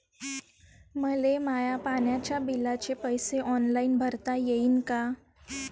मले माया पाण्याच्या बिलाचे पैसे ऑनलाईन भरता येईन का?